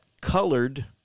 colored